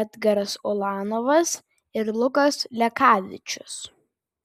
edgaras ulanovas ir lukas lekavičius